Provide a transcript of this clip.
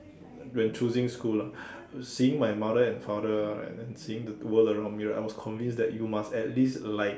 when choosing school lah seeing my mother and father and then seeing the world around me right I was convinced that you must at least like